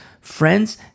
friends